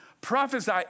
Prophesy